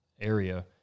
area